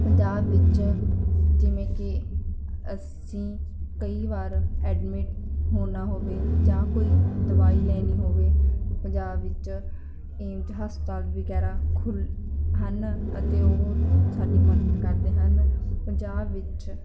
ਪੰਜਾਬ ਵਿੱਚ ਜਿਵੇਂ ਕਿ ਅਸੀਂ ਕਈ ਵਾਰ ਐਡਮਿਟ ਹੋਣਾ ਹੋਵੇ ਜਾਂ ਕੋਈ ਦਵਾਈ ਲੈਣੀ ਹੋਵੇ ਪੰਜਾਬ ਵਿੱਚ ਏਮਜ ਹਸਪਤਾਲ ਵਗੈਰਾ ਖੁੱਲ੍ਹ ਹਨ ਅਤੇ ਉਹ ਸਾਡੀ ਮਦਦ ਕਰਦੇ ਹਨ ਪੰਜਾਬ ਵਿੱਚ